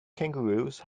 kangaroos